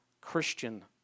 Christian